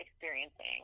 experiencing